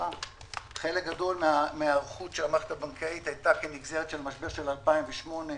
חלק גדול מההיערכות של המערכת הבנקאית הייתה כנגזרת של המשבר של 2008,